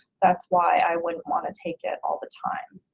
that's why i wouldn't want to take it all the time.